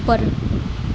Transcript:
ਉੱਪਰ